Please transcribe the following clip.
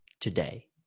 today